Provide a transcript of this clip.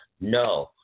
No